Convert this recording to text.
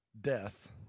death